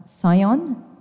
Sion